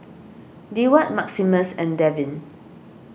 Deward Maximus and Davin